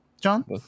John